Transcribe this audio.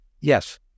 Yes